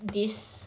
this